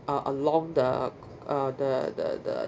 uh along the uh the the the